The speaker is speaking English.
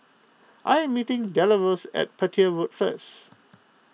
I am meeting Deloris at Petir Road first